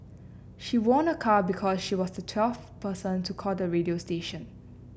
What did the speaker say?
she won a car because she was the twelfth person to call the radio station